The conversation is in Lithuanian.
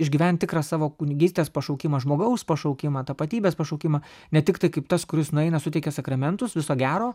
išgyvent tikrą savo kunigystės pašaukimą žmogaus pašaukimą tapatybės pašaukimą ne tik tai kaip tas kuris nueina suteikia sakramentus viso gero